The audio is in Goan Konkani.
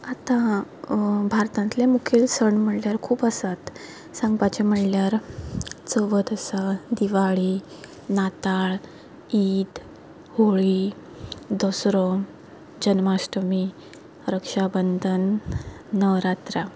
आतां भारतांतले मुखेल सण म्हणल्यार खूब आसात सांगपाचे म्हणल्यार चवथ आसा दिवाळी नाताळ ईद होळी दसरो जन्माश्ठमी रक्षाबंदन नवरात्रां